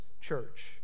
church